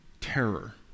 terror